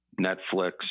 Netflix